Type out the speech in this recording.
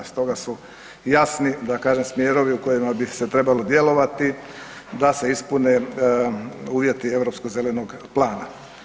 Stoga su jasni da kažem smjerovi u kojima bi se trebalo djelovati da se ispune uvjeti Europskog zelenog plana.